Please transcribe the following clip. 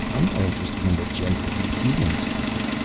i'm not interested in the gender of you humans, you know.